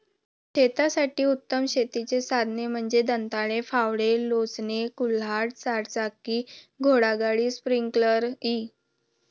शेतासाठी उत्तम शेतीची साधने म्हणजे दंताळे, फावडे, लोणचे, कुऱ्हाड, चारचाकी घोडागाडी, स्प्रिंकलर इ